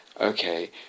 okay